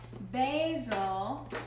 basil